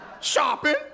Shopping